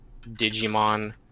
Digimon